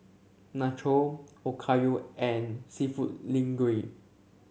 Nacho Okayu and seafood Linguine